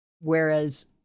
Whereas